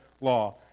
law